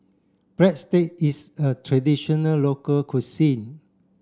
Breadsticks is a traditional local cuisine